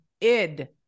id